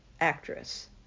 actress